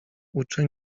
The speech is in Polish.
uczy